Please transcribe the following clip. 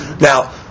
Now